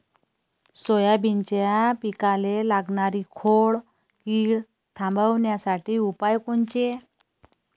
सोयाबीनच्या पिकाले लागनारी खोड किड थांबवासाठी उपाय कोनचे?